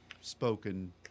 spoken